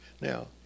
now